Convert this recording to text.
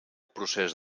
procés